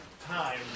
time